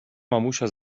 mamusia